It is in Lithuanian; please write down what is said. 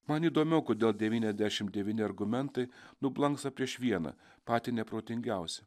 man įdomiau kodėl devyniasdešimt devyni argumentai nublanksta prieš vieną patį neprotingiausią